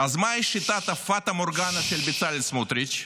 אז מהי שיטת הפטה מורגנה של בצלאל סמוטריץ'?